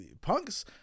punks